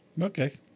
okay